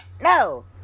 No